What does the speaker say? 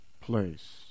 place